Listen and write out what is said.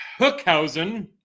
Hookhausen